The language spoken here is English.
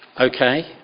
Okay